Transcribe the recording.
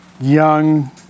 young